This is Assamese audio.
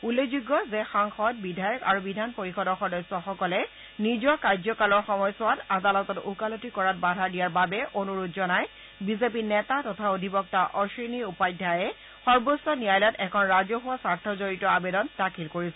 উল্লেখযোগ্য যে সাংসদ বিধায়ক আৰু বিধান পৰিষদৰ সদস্যসকলে নিজৰ কাৰ্যকালৰ সময়ছোৱাত আদালতত ওকালতি কৰাত বাধা দিয়াৰ বাবে অনুৰোধ জনাই বিজেপি নেতা তথা অধিবক্তা অশ্বিনী উপাধ্যায়ে সৰ্বোচ্চ ন্যায়ালয়ত এখন ৰাজহুৱা স্বাৰ্থজড়িত আৱেদন দাখিল কৰিছিল